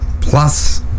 plus